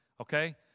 Okay